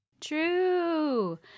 True